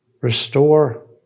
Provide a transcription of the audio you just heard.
Restore